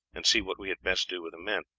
and see what we had best do with the men.